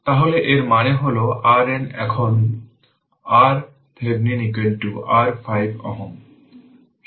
তাহলে এর মানে হল RN একই RThevenin r 5 Ω